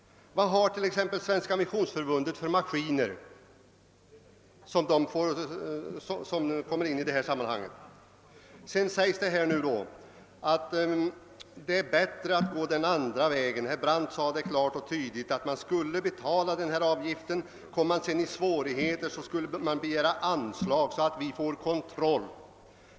Vad hart.ex. Svenska missionsförbundet för maskiner som kommer in i detta sammanhang? Det sägs nu att det är bättre att gå den andra vägen; herr Brandt sade klart och tydligt att man skulle betala denna avgift och om man sedan kom i svårigheter, så skulle man begära anslag, så att staten får kontroll.